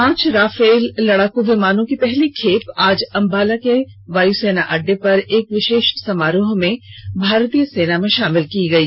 पांच राफेल लडाकू विमानों की पहली खेप आज अम्बाला के वायुसेना अड्डे पर एक विशेष समारोह में भारतीय सेना में शामिल की गई